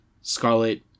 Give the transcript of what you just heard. Scarlet